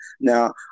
Now